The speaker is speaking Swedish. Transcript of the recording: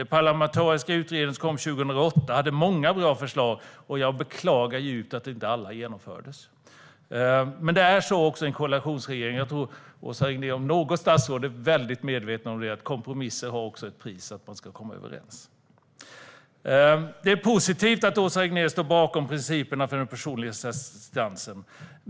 Den parlamentariska utredning som kom 2008 hade många bra förslag. Jag beklagar djupt att inte alla genomfördes. Men det är så i en koalitionsregering. Jag tror att Åsa Regnér, om något statsråd, är väl medveten om att kompromisser har ett pris. Man ska komma överens. Det är positivt att Åsa Regnér står bakom principerna för den personliga assistansen.